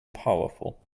powerful